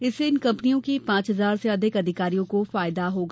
इससे इन कंपनियों के पांच हजार से अधिक अधिकारियों को फायदा होगा